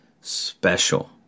special